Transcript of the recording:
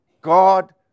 God